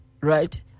right